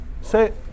Say